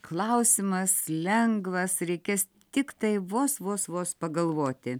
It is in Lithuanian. klausimas lengvas reikės tiktai vos vos vos pagalvoti